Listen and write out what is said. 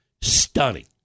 stunning